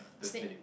the Snape